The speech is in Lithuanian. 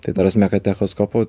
tai ta prasme kad echoskopo